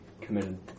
committed